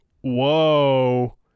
Whoa